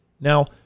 Now